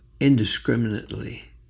indiscriminately